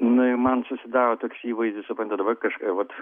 nu ir man susidaro toks įvaizdis suprantat vat kaž vat